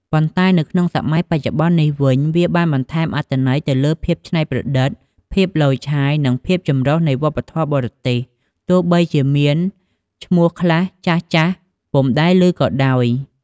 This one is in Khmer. ប៉ុន្តែនៅក្នុងសម័យបច្ចុប្បន្ននេះវិញ វាបានបន្ថែមអត្ថន័យទៅលើភាពច្នៃប្រឌិត ភាពឡូយឆាយ និងភាពចម្រុះនៃវប្បធម៌បរទេស ទោះបីជាមានឈ្មោះខ្លះចាស់ៗពុំដែលឮក៏ដោយ។